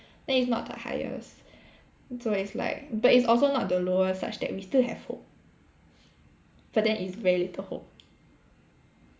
then it's not the highest so is like but it's also not the lowest such that we still have hope but then is very little hope